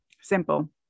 simple